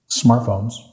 smartphones